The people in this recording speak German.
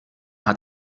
hat